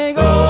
go